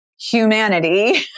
humanity